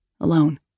alone